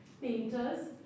painters